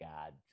God